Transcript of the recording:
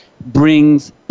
brings